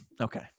Okay